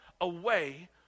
away